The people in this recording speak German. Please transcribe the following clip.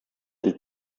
und